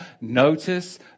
Notice